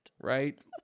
Right